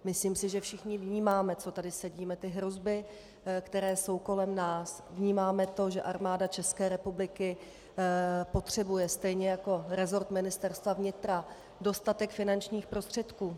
Myslím si, že všichni, co tady sedíme, vnímáme ty hrozby, které jsou kolem nás, vnímáme to, že Armáda České republiky potřebuje stejně jako resort Ministerstva vnitra dostatek finančních prostředků.